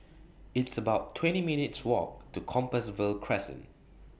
It's about twenty minutes' Walk to Compassvale Crescent